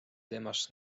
temast